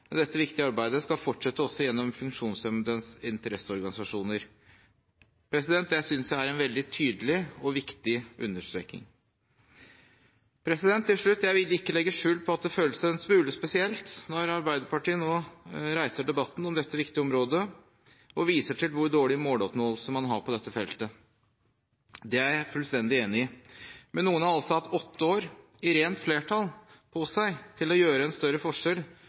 dette arbeidet, og dette viktige arbeidet skal fortsette også gjennom funksjonshemmedes interesseorganisasjoner. Det synes jeg er en veldig tydelig og viktig understreking. Til slutt: Jeg vil ikke legge skjul på at det føles en smule spesielt når Arbeiderpartiet nå reiser debatten om dette viktige området og viser til hvor dårlig måloppnåelse man har på dette feltet. Det er jeg fullstendig enig i. Men noen har altså hatt åtte år med rent flertall på seg til å utgjøre en større forskjell